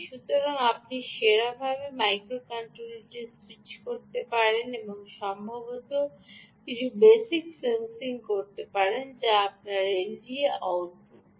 সুতরাং আপনি সেরাভাবে মাইক্রো কন্ট্রোলারটি স্যুইচ করতে পারেন এবং সম্ভবত কিছু বেসিক সেন্সিং করতে পারেন যা আপনারা এলডিও আউটপুটটি করতে পারেন